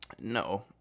No